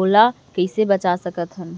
ओला कइसे बचा सकथन?